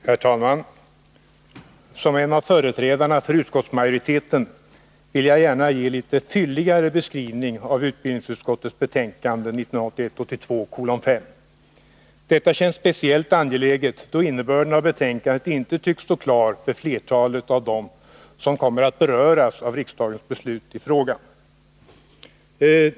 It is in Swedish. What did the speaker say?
Herr talman! Som en av företrädarna för utskottsmajoriteten vill jag gärna ge en litet fylligare beskrivning av utbildningsutskottets betänkande 1981/ 82:5. Detta känns speciellt angeläget, då innebörden av betänkandet inte tycks stå klar för flertalet av dem som kommer att beröras av riksdagens beslut i frågan.